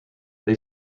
they